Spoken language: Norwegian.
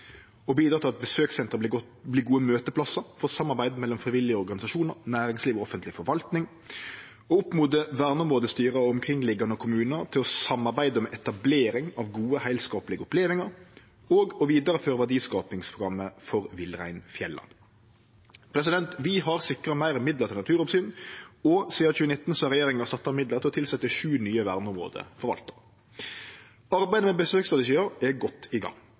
og bidra til at besøkssentera vert gode møteplassar for samarbeid mellom frivillige organisasjonar, næringsliv og offentleg forvalting, oppmode verneområdestyra og omkringliggjande kommunar til å samarbeide om etablering av gode, heilskaplege opplevingar og vidareføre verdiskapingsprogrammet for villreinfjella. Vi har sikra meir midlar til naturoppsyn, og sidan 2019 har regjeringa sett av midlar til å tilsetje sju nye verneområdeforvaltarar. Arbeidet med besøksstrategiar er godt i gang.